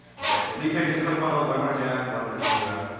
okay, so lead pages, click funnels, webinar jam, webinar ninja,